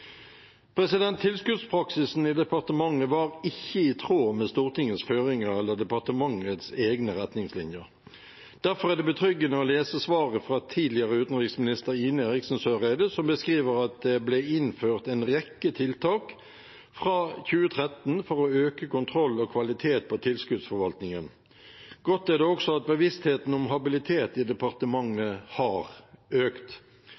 Tilskuddspraksisen i departementet var ikke i tråd med Stortingets føringer eller departementets egne retningslinjer. Derfor er det betryggende å lese svaret fra tidligere utenriksminister Ine Eriksen Søreide, som beskriver at det fra 2013 ble innført en rekke tiltak for å styrke kontrollen av og kvaliteten på tilskuddsforvaltningen. Godt er det også at bevisstheten om habilitet i departementet har økt.